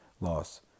loss